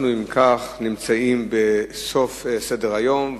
אם כך, אנחנו נמצאים בסוף סדר-היום.